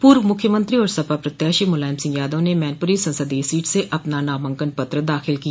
पूर्व मुख्यमंत्री और सपा प्रत्याशी मुलायम सिंह यादव ने मैनपुरी संसदीय सीट से अपना नामांकन पत्र दाखिल किया